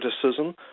criticism